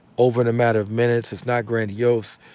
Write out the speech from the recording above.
over in a matter of minutes, it's not grandiose.